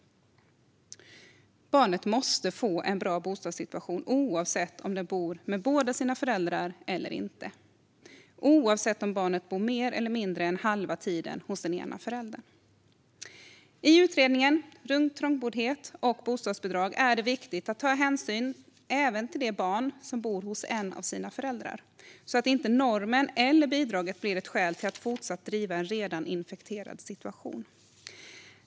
Barnet måste få en bra bostadssituation oavsett om det bor med båda sina föräldrar eller inte och oavsett om barnet bor mer eller mindre än halva tiden hos den ena föräldern. I utredningen om trångboddhet och bostadsbidrag är det viktigt att ta hänsyn även till de barn som bor hos en av sina föräldrar så att inte normen eller bidraget blir ett skäl till att fortsätta driva en redan infekterad situation.